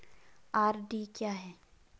RD क्या है?